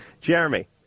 Jeremy